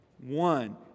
one